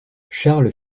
charles